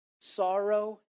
sorrow